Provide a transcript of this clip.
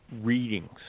readings